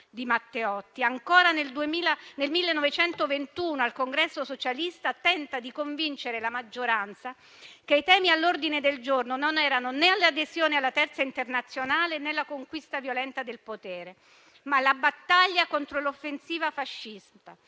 di Matteotti. Ancora, nel 1921, al Congresso socialista, tentò di convincere la maggioranza che i temi all'ordine del giorno non erano né le adesioni alla Terza internazionale né la conquista violenta del potere, ma la battaglia contro l'offensiva fascista